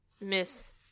miss